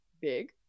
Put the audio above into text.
big